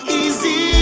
easy